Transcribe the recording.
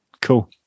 Cool